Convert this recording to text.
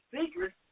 secret